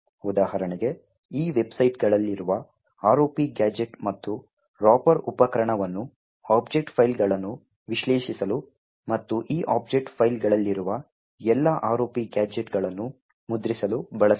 ಉದಾಹರಣೆಗೆ ಈ ವೆಬ್ಸೈಟ್ಗಳಲ್ಲಿರುವ ROP ಗ್ಯಾಜೆಟ್ ಮತ್ತು ರಾಪರ್ ಉಪಕರಣವನ್ನು ಆಬ್ಜೆಕ್ಟ್ ಫೈಲ್ಗಳನ್ನು ವಿಶ್ಲೇಷಿಸಲು ಮತ್ತು ಈ ಆಬ್ಜೆಕ್ಟ್ ಫೈಲ್ಗಳಲ್ಲಿರುವ ಎಲ್ಲಾ ROP ಗ್ಯಾಜೆಟ್ಗಳನ್ನು ಮುದ್ರಿಸಲು ಬಳಸಬಹುದು